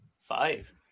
Five